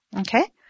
Okay